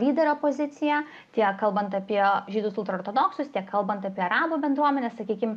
lyderio poziciją tiek kalbant apie žydus ultraortodoksus tiek kalbant apie arabų bendruomenę sakykim